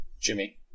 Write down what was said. Jimmy